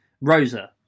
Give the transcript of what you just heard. Rosa